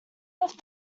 left